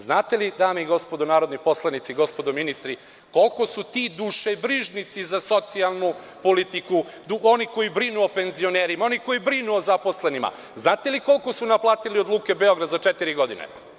Znate li, dame i gospodo narodni poslanici, gospodo ministri, koliko su ti dušebrižnici za socijalnu politiku, oni koji brinu o penzionerima, oni koji brinu o zaposlenima, znate li koliko su naplatili od „Luke Beograd“ za četiri godine?